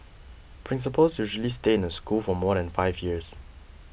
principals usually stay in a school for more than five years